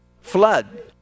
flood